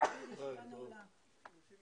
ננעלה בשעה